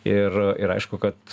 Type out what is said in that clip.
ir ir aišku kad